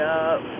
up